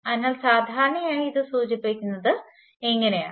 അതിനാൽ സാധാരണയായി ഇത് സൂചിപ്പിക്കുന്നത് ഇങ്ങനെയാണ്